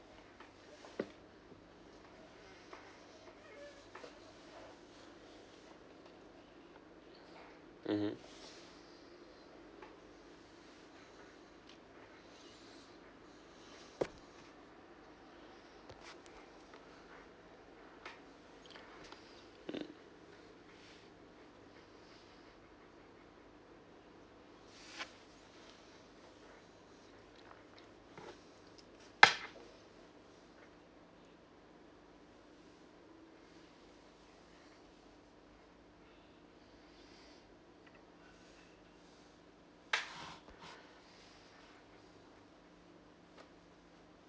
mmhmm mm